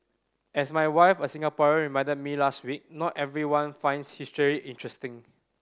as my wife a Singaporean reminded me last week not everyone finds history interesting